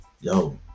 yo